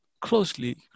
closely